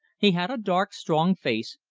he had a dark, strong face,